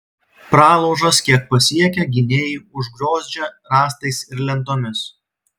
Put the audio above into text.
pralaužas kiek pasiekia gynėjai užgriozdžia rąstais ir lentomis